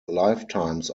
lifetimes